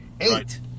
eight